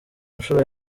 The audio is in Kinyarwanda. nshuro